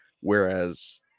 whereas